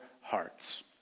hearts